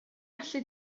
gallu